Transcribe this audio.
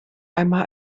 einmal